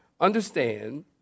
understand